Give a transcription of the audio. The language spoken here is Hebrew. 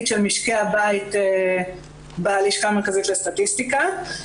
של משקי הבית בלשכה המרכזית לסטטיסטיקה.